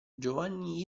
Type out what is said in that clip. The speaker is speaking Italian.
giovanni